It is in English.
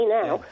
now